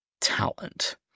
talent